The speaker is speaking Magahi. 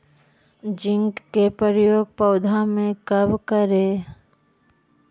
जिंक के प्रयोग पौधा मे कब करे?